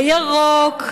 בירוק,